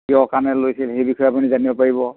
কিয় কাৰণে লৈছিল সেই বিষয়ে আপুনি জানিব পাৰিব